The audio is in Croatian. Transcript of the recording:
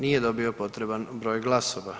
Nije dobio potreban broj glasova.